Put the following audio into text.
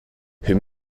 whom